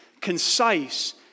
concise